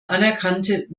anerkannte